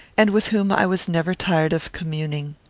and with whom i was never tired of communing.